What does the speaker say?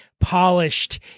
polished